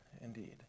Indeed